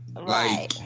Right